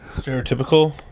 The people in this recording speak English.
Stereotypical